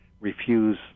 refuse